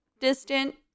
distant